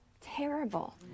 terrible